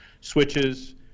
switches